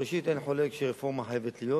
ראשית, אני חושב שרפורמה חייבת להיות